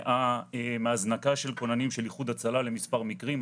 נמנעה מהזנקה של כוננים של איחוד הצלה למספר מקרים.